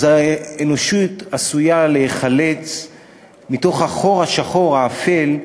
אז האנושות עשויה להיחלץ מתוך החור השחור, האפל,